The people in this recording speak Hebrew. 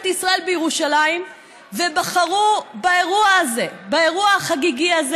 ישראל בירושלים ובחרו באירוע החגיגי הזה